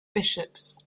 bishops